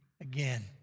again